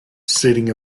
sitting